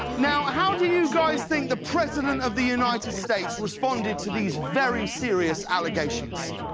now, how do you guys think the president of the united states responded to these very serious allegations?